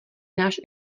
náš